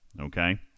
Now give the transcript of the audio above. okay